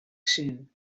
soon